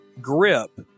grip